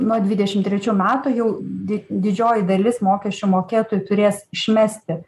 nuo dvidešim trečių metų jau di didžioji dalis mokesčių mokėtojų turės išmesti